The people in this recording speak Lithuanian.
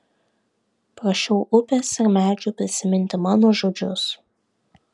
prašiau upės ir medžių prisiminti mano žodžius